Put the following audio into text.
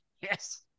yes